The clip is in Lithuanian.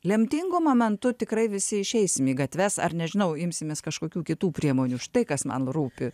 lemtingu momentu tikrai visi išeisim į gatves ar nežinau imsimės kažkokių kitų priemonių štai kas man rūpi